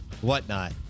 whatnot